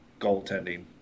goaltending